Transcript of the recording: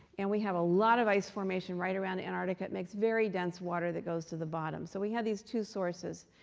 and we have a lot of ice formation right around antarctica. it makes very dense water that goes to the bottom. so we have these two sources.